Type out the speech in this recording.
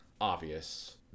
obvious